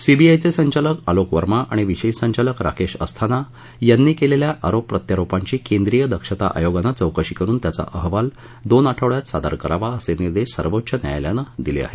सीबीआयचे संचालक अलोक वर्मा आणि विशेष संचालक राकेश अस्थाना यांनी केलेल्या आरोप प्रत्यारोपांची केंद्रीय दक्षता आयोगानं चौकशी करुन त्याचा अहवाल दोन आठवडयात सादर करावा असे निर्देश सर्वोच्च न्यायालयानं दिले आहेत